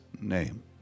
name